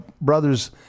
brothers